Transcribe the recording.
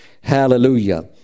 Hallelujah